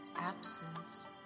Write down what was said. absence